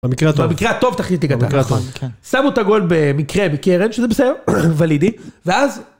במקרה טוב, תכניתי גדולה. שמו את הגול במקרה מקרן, שזה בסדר, ולידי, ואז...